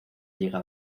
llega